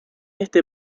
este